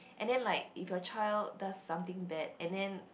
and then like if your child does something bad and then